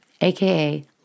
AKA